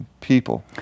people